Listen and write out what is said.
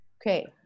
Okay